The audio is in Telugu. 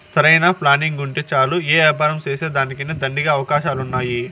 సరైన ప్లానింగుంటే చాలు యే యాపారం సేసేదానికైనా దండిగా అవకాశాలున్నాయి